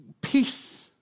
peace